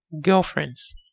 girlfriends